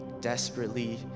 desperately